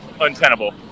untenable